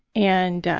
and,